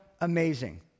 amazing